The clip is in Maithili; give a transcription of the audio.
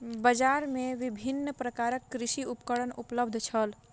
बजार में विभिन्न प्रकारक कृषि उपकरण उपलब्ध छल